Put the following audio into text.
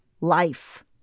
life